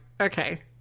okay